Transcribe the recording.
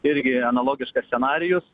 irgi analogiškas scenarijus